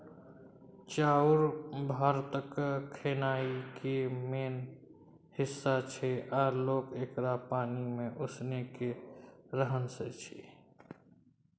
चाउर भारतक खेनाइ केर मेन हिस्सा छै आ लोक एकरा पानि मे उसनि केँ रान्हय छै